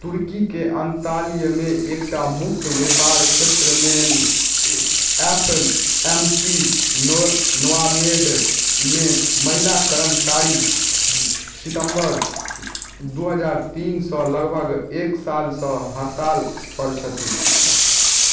तुर्कीके अंताल्यामे एकटा मुक्त व्यापार क्षेत्रमे एफ एम सी नो नोवामेडमे महिला कर्मचारी सितम्बर दू हजार तीन सँ लगभग एक सालसँ हड़ताल पर छथि